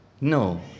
No